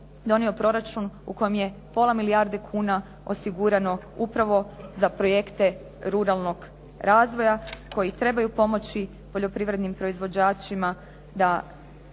donio proračun u kojem je pola milijarde kuna osigurano upravo za projekte ruralnog razvoja koji trebaju pomoći poljoprivrednim proizvođačima da